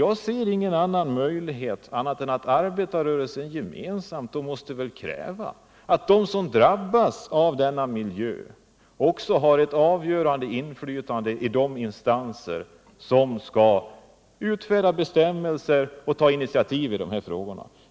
Jag ser ingen annan möjlighet än att arbetarrörelsen kräver att de som drabbas av miljöriskerna också får ett avgörande inflytande i de instanser som skall utfärda bestämmelser och ta initiativ i dessa frågor.